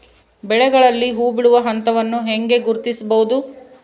ಬೆಳೆಗಳಲ್ಲಿ ಹೂಬಿಡುವ ಹಂತವನ್ನು ಹೆಂಗ ಗುರ್ತಿಸಬೊದು?